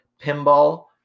pinball